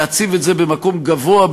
להציב את זה במקום גבוה,